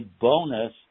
bonus